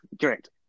Correct